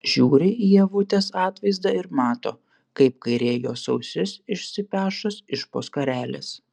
žiūri į ievutės atvaizdą ir mato kaip kairė jos ausis išsipešus iš po skarelės